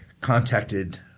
contacted